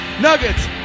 Nuggets